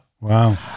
Wow